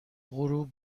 غروب